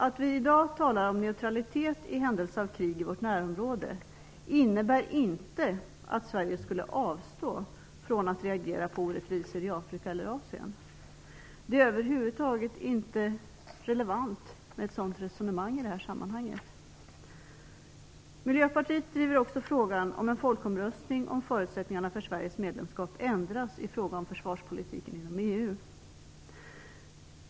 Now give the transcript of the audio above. Att vi i dag talar om neutralitet i händelse av krig i vårt närområde innebär inte att Sverige skulle avstå från att reagera på orättvisor i Afrika eller Asien. Ett sådant resonemang är över huvud taget inte relevant i sammanhanget. Miljöpartiet driver också frågan om en folkomröstning om förutsättningarna för Sveriges medlemskap ändras i fråga om försvarspolitiken inom EU.